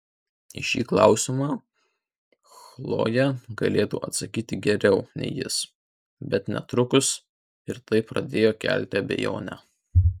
į šį klausimą chlojė galėtų atsakyti geriau nei jis bet netrukus ir tai pradėjo kelti abejonę